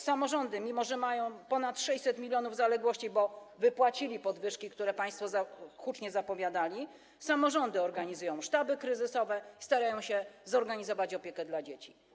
Samorządy, mimo że mają ponad 600 mln zaległości, bo wypłaciły podwyżki, które państwo hucznie zapowiadali, organizują sztaby kryzysowe, starają się zorganizować opiekę dla dzieci.